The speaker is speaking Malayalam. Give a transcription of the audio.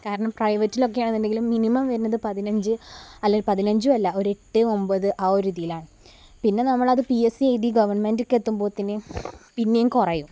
കാരണം പ്രൈവറ്റിലൊക്കെ ആണെന്നുണ്ടെങ്കിൽ മിനിമം വരുന്നത് പതിനഞ്ച് അല്ലേൽ പതിനഞ്ചും അല്ല ഒരു എട്ട് ഒൻപത് ആ ഒരു രീതിയിലാണ് പിന്നെ നമ്മൾ അത് പി എസ് സി എഴുതി ഗവൺമെൻറ്റ്ക്ക് എത്തുമ്പോഴത്തേന് പിന്നെയും കുറയും